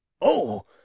Oh